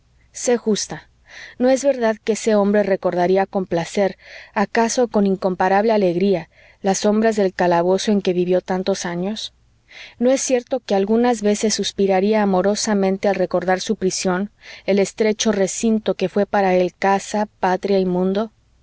sé justa no es verdad que ese hombre recordaría con placer acaso con incomparable alegría las sombras del calabozo en que vivió tantos años no es cierto que algunas veces suspiraría amorosamente al recordar su prisión el estrecho recinto que fué para él casa patria y mundo